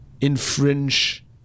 infringe